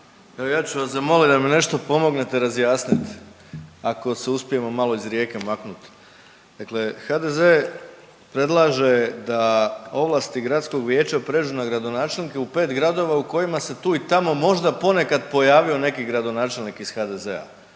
ja ću vas zamoliti da mi nešto pomognete razjasniti ako se uspijemo malo iz Rijeke maknut. Dakle, HDZ predlaže da ovlasti gradskog vijeća pređu na gradonačelnike u 5 gradova u kojima se tu i tamo možda ponekad pojavio neki gradonačelnik iz HDZ-a.